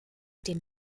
dem